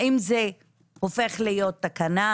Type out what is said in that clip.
האם זה הופך להיות תקנה?